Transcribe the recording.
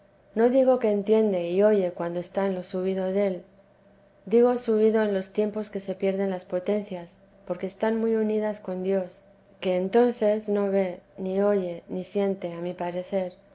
no digo que entiende y oye cuando está en lo subido del digo subido en los tiempos que se pierden las potencias porque están muy unidas con dios que entonces no ve ni oye ni siente a mi parecer